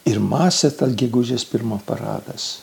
ir masė ta gegužės pirmos paradas